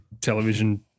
television